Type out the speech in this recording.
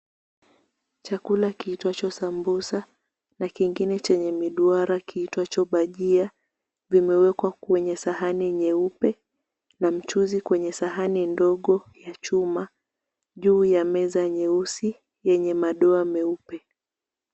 Chakula kilicho cha sambusa na kingine chenye miduara kiitwacho bajia, vimewekwa kwenye sahani nyeupe na mchuzi kwenye sahani ndogo ya chuma, juu ya meza nyeusi, yenye madoa meupe.